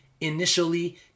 initially